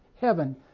heaven